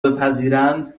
بپذیرند